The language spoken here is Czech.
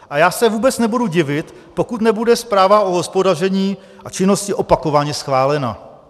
A já se vůbec nebudu divit, pokud nebude zpráva o hospodaření a činnosti opakovaně schválena.